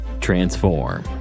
Transform